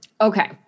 Okay